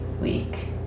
week